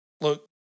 Look